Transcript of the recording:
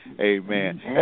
amen